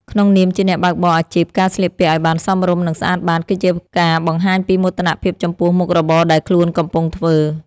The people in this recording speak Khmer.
ក្នុងនាមជាអ្នកបើកបរអាជីពការស្លៀកពាក់ឱ្យបានសមរម្យនិងស្អាតបាតគឺជាការបង្ហាញពីមោទនភាពចំពោះមុខរបរដែលខ្លួនកំពុងធ្វើ។